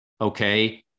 Okay